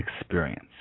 experience